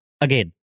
again